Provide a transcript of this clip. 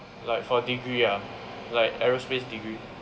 like for degree ah like aerospace degree